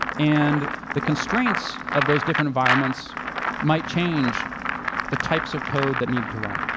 and the constraints of those different environments might change the types of code that needed to run.